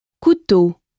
Couteau